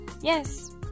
Yes